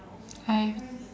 I